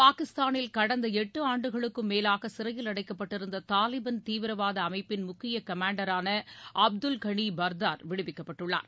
பாகிஸ்தானில் கடந்த எட்டு ஆண்டுகளுக்கு மேலாக சிறையில் அடைக்கப்பட்டிருந்த தாலிபான் தீவிரவாத அமைப்பின் முக்கிய கமாண்டரான அப்துல் கனி பரதர் விடுவிக்கப்பட்டுள்ளார்